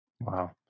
Wow